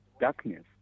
darkness